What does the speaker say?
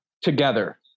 together